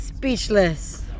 Speechless